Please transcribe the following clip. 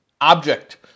object